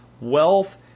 wealth